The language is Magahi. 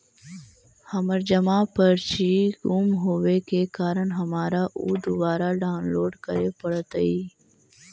हमर जमा पर्ची गुम होवे के कारण हमारा ऊ दुबारा डाउनलोड करे पड़तई